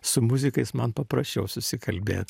su muzikais man paprasčiau susikalbėt